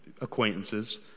acquaintances